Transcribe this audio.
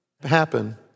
happen